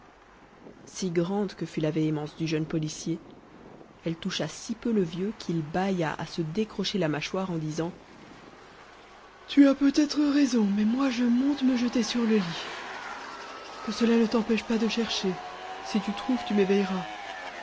si grande que fut la véhémence du jeune policier elle toucha si peu le vieux qu'il bâilla à se décrocher la mâchoire en disant tu as peut-être raison mais moi je monte me jeter sur le lit que cela ne t'empêche pas de chercher si tu trouves tu m'éveilleras